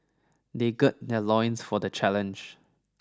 they gird their loins for the challenge